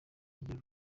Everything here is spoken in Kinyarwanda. igira